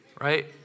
right